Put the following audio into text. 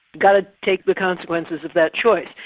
got to take the consequences of that choice.